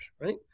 right